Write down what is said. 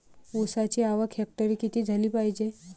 ऊसाची आवक हेक्टरी किती झाली पायजे?